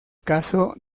caso